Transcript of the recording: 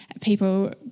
People